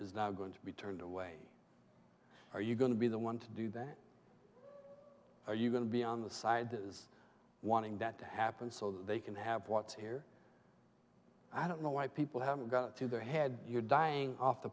is not going to be turned away are you going to be the one to do that are you going to be on the side that is wanting that to happen so they can have what's here i don't know why people haven't got to their head you're dying off the